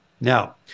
Now